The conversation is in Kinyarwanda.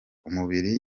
umubiri